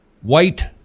White